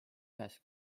ühes